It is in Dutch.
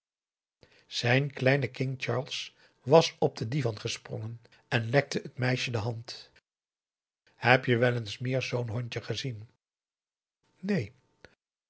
zijn kleine king charles was op den divan gesprongen en lekte t meisje de hand heb je wel eens meer zoo'n hondje gezien neen een